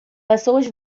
pessoas